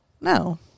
No